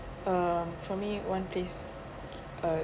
um for me one place uh